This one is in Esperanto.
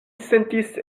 sentis